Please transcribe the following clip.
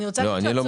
אני מטיל עליה